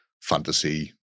fantasy